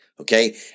okay